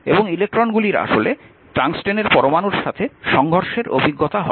এবং ইলেকট্রনগুলির আসলে টাংস্টেনের পরমাণুর সাথে সংঘর্ষের অভিজ্ঞতা হয়